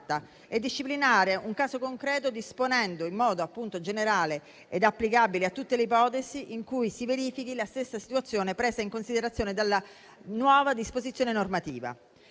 e disciplinare un caso concreto disponendo in modo appunto generale ed applicabile a tutte le ipotesi in cui si verifichi la stessa situazione presa in considerazione dalla nuova disposizione normativa.